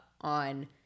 on